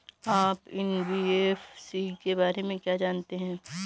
आप एन.बी.एफ.सी के बारे में क्या जानते हैं?